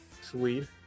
Sweet